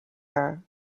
her